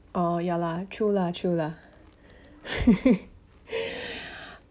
oh ya lah true lah true lah